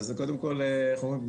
אז קודם כול, איך אומרים?